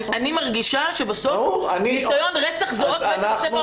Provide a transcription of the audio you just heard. אני מרגישה שבסוף ניסיון רצח זה אות מתה בספר החוקים.